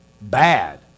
Bad